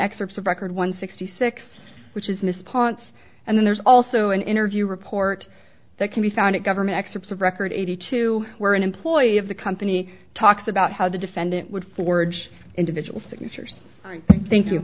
experts of record one sixty six which is miss ponce and there's also an interview report that can be found at government excerpts of record eighty two where an employee of the company talks about how the defendant would forge individual signatures thank you